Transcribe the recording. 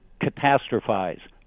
catastrophize